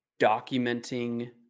documenting